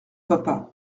papa